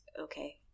okay